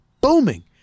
booming